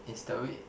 is the week